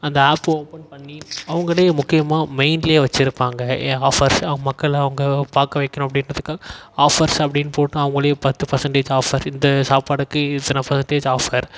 அந்த ஆப்பை ஓப்பன் பண்ணி அவங்களே முக்கியமாக மெயின்லேயே வைச்சிருப்பாங்க என் ஆஃபர்ஸ் மக்களை அவங்க பார்க்க வைக்கணும் அப்படின்றதுக்காக ஆஃபர்ஸ் அப்படின்னு போட்டு அவங்களே பத்து பெர்சன்டேஜ் ஆஃபர் இந்த சாப்பாடுக்கு இத்தனை பெர்சன்டேஜ் ஆஃபர்